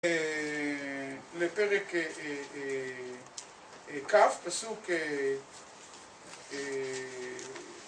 לפרק כ׳ פסוק